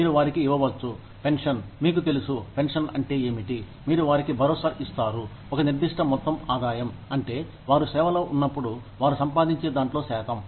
మీరు వారికి ఇవ్వవచ్చు పెన్షన్ మీకు తెలుసు పెన్షన్ అంటే ఏమిటి మీరు వారికి భరోసా ఇస్తారు ఒక నిర్దిష్ట మొత్తం ఆదాయం అంటే వారు సేవలో ఉన్నప్పుడు వారు సంపాదించే దాంట్లో శాతం